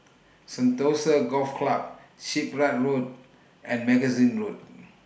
Sentosa Golf Club Shipyard Road and Magazine Road